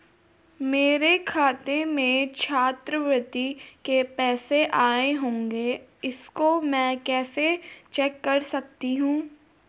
मेरे खाते में छात्रवृत्ति के पैसे आए होंगे इसको मैं कैसे चेक कर सकती हूँ?